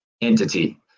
entity